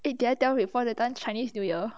eh did I tell you before that time chinese new year